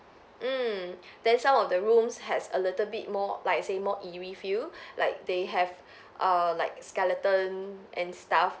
mm then some of the rooms has a little bit more like I say more eerie feel like they have err like skeleton and stuff